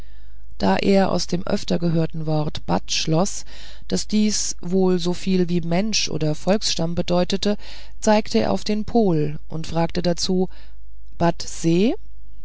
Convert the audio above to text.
da er aus dem öfter gehörten wort bat schloß daß dies wohl soviel wie mensch oder volksstamm bedeute so zeigte er auf den pol und fragte dazu